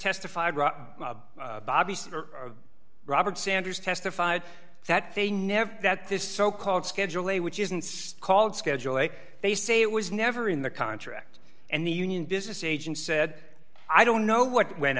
testified obviously robert sanders testified that they never that this so called schedule a which isn't called schedule way they say it was never in the contract and the union business agent said i don't know what went